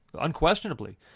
unquestionably